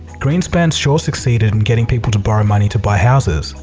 greenspan's sure succeeded in getting people to borrow money to buy houses.